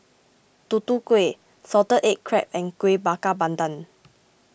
Tutu Kueh Salted Egg Crab and Kuih Bakar Pandan